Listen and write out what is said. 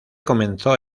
comenzó